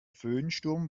föhnsturm